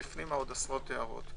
והפנימה עוד עשרות הערות.